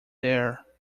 there